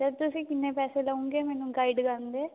sir ਤੁਸੀਂ ਕਿੰਨੇ ਪੈਸੇ ਲਉਂਗੇ ਮੈਨੂੰ ਗਾਈਡ ਕਰਨ ਦੇ